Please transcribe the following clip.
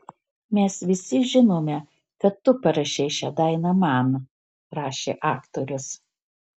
mes visi žinome kad tu parašei šią dainą man rašė aktorius